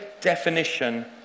definition